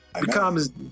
becomes